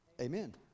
Amen